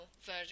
version